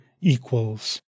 equals